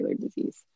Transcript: disease